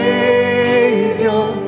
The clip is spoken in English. Savior